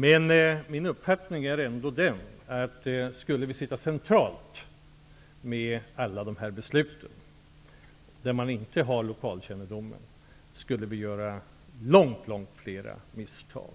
Men min uppfattning är ändå den, att skulle vi fatta alla de här besluten centralt, där man inte har lokalkännedomen, skulle vi göra långt fler misstag.